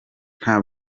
nta